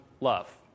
love